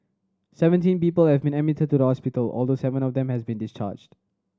seventeen people have been admitted to the hospital although seven of them has been discharged